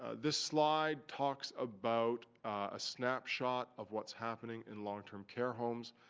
this slide talks about a snapshot of what's happening in long-term care homes.